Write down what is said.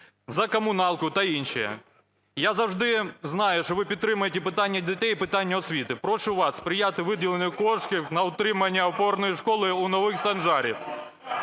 за комуналку та інше. Я завжди знаю, що ви підтримуєте питання дітей і питання освіти. Прошу вас сприяти виділенню коштів на утримання опорної школи у Нових Санжарах,